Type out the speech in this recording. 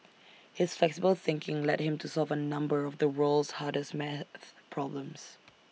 his flexible thinking led him to solve A number of the world's hardest math problems